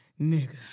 nigga